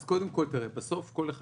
אז תראה, בסוף כל אחד